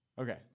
Okay